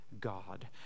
God